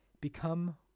become